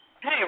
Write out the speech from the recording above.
Hey